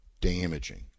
damaging